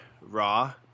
raw